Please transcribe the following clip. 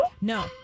No